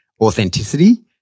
authenticity